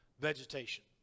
vegetation